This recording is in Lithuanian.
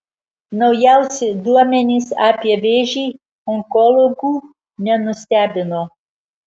naujausi duomenys apie vėžį onkologų nenustebino